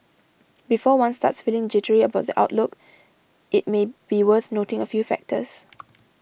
before one starts feeling jittery about the outlook it may be worth noting a few factors